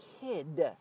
kid